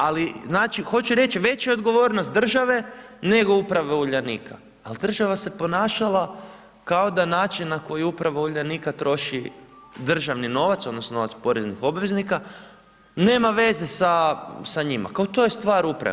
Ali, znači, hoću reći veća je odgovornost države nego uprave Uljanika, ali država se ponašala kao da način na koji uprava Uljanika troši državni novac, odnosno novac poreznih obveznika nema veze sa njima, kao to je stvar uprave.